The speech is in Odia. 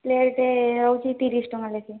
ପ୍ଳେଟ୍ ହେଉଛି ତିରିଶ୍ ଟଙ୍କା ଲେଖାଁ